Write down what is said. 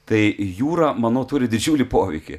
tai jūra manau turi didžiulį poveikį